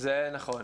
זה נכון.